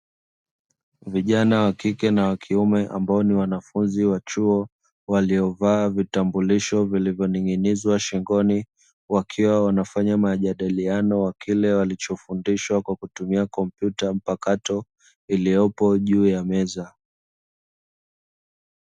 Vijana wa kike na wa kiume ambao ni wanafunzi wa chuo waliovaa vitambulisho vilivyoning'inizwa shingoni, wakiwa wanafanya majadiliano wa kile walichofundishwa kwa kutumia kompyuta mpakato iliyopo juu ya meza.